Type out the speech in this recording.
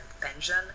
pension